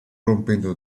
rompendo